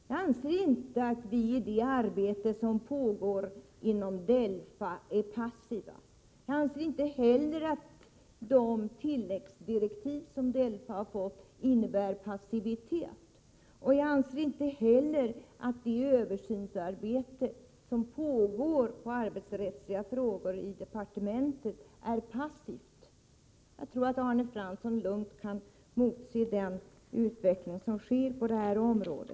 Jag anser inte att vi är passiva i det arbete som pågår inom DELFA. Jag anser inte heller att de tilläggsdirektiv som DELFA har fått innebär passivitet. Inte heller det översynsarbete som pågår i fråga om arbetsrättsliga frågor inom departementet är passivt. Jag tror att Arne Fransson lugnt kan motse den utveckling som sker på detta område.